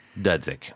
Dudzik